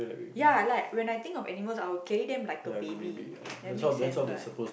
ya like when I think of animals I will carry them like a baby